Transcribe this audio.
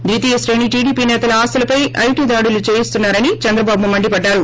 ద్వితీయశ్రేణి TDP సేతల ఆస్తులపై IT దాడులు చేయిస్తున్నారని చంద్రబాబు మండిపడ్డారు